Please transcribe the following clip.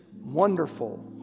wonderful